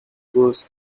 goes